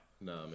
No